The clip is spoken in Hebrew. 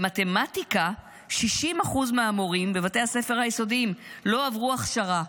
במתמטיקה 60% מהמורים בבתי הספר היסודיים לא עברו הכשרה,